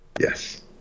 Yes